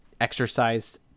exercise